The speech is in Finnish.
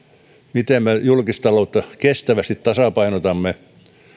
miten me julkistaloutta kestävästi tasapainotamme